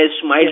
Smile